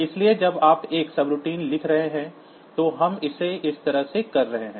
इसलिए जब आप एक सबरूटीन लिख रहे हैं तो हम इसे इस तरह से कर रहे हैं